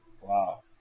Wow